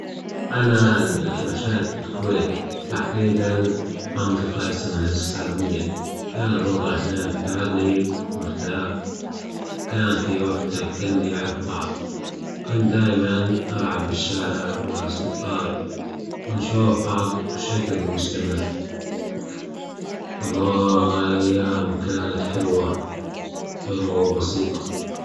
أنا نشأت بالكويت تحديدا بمنطجة اسمها السالمية كان الوضع هناك هادى مرتاح، كان فى وجت الكل يعرف بعض، كنت دايما ألعب بالشارع مع أصدقائي ونشوف بعض بشكل مستمر الله هالأيام كانت حلوة، حلوة وبسيطة.